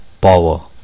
power